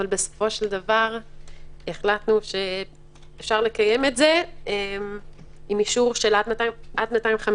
אבל בסופו של דבר החלטנו שאפשר לקיים את זה עם אישור של עד 250 איש.